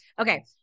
okay